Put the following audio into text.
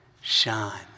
shine